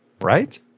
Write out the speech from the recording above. right